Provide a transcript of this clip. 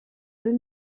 deux